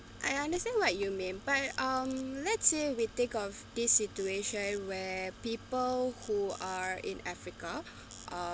I understand what you mean but um let's say we take of this situation where people who are in africa uh